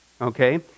Okay